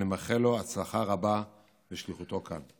אני מאחל לו הצלחה רבה בשליחותו כאן.